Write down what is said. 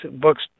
books